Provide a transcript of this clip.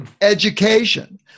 education